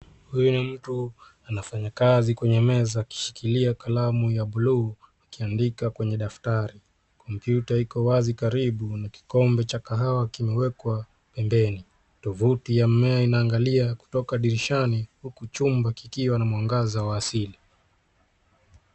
Huyu ni mtu anafanya kazi kwenye meza akishikilia kalamu ya buluu akiandika kwenye daftari, kompyuta iko wazi karibu na kikombe cha kahawa kimewekwa pembeni, tovuti ya mmea inaangalia kutoka dirishani huku chumba kikiwa na mwangaza wa asili.